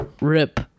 Rip